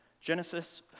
Genesis